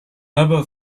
never